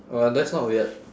uh that's not weird